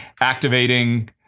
activating